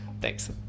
Thanks